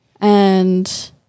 and-